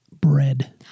Bread